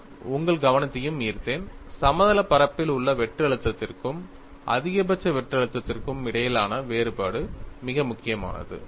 நான் உங்கள் கவனத்தையும் ஈர்த்தேன் சமதள பரப்பில் உள்ள வெட்டு அழுத்தத்திற்கும் அதிகபட்ச வெட்டு அழுத்தத்திற்கும் இடையிலான வேறுபாடு மிக முக்கியமானது